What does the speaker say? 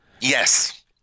Yes